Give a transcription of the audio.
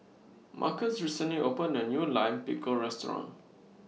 Marcus recently opened A New Lime Pickle Restaurant